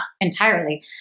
entirely